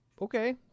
Okay